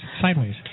Sideways